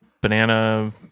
banana